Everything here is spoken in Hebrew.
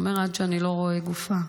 הוא אומר: עד שאני לא רואה גופה,